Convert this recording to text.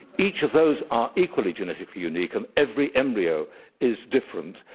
each of those are equally genetically unique, an every embryo is different.